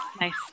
nice